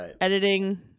editing